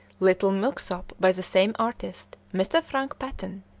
little milksop by the same artist, mr. frank paton,